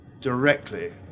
directly